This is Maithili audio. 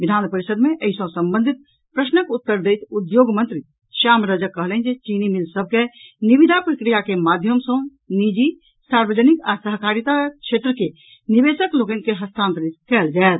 विधान परिषद मे एहि सॅ संबंधित प्रश्नक उत्तर दैत उद्योग मंत्री श्याम रजक कहलनि जे चीनी मिल सभ के निविदा प्रक्रिया के माध्यम सॅ निजी सार्वजनिक आ सहकारिता क्षेत्र के निवेशक लोकनि के हस्तांतरित कयल जायत